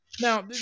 Now